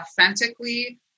authentically